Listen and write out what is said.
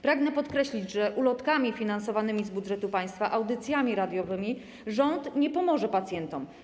Pragnę podkreślić, że ulotkami finansowanymi z budżetu państwa, audycjami radiowymi rząd nie pomoże pacjentom.